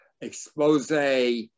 expose